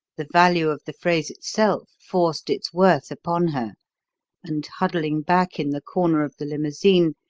the value of the phrase itself forced its worth upon her and, huddling back in the corner of the limousine,